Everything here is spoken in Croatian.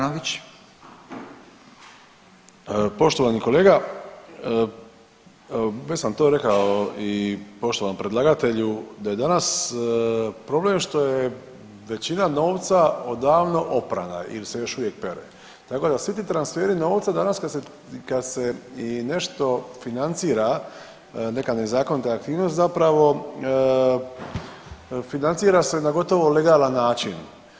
Poštovani kolega, već sam to rekao i poštovanom predlagatelju da je danas problem što je većina novca odavno oprana ili se još uvijek pere, tako da svi ti transferi novca danas kad se i nešto financira neka nezakonita aktivnost zapravo financira se na gotovo legalan način.